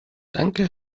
danke